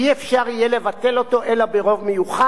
אלא ברוב מיוחד בארבע קריאות,